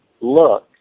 look